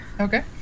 Okay